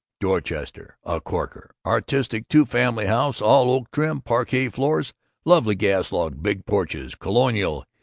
dorchester a corker! artistic two-family house, all oak trim, parquet floors lovely gas log, big porches, colonial,